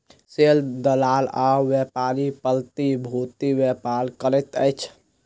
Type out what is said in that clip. share दलाल आ व्यापारी प्रतिभूतिक व्यापार करैत अछि